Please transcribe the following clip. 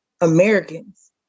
Americans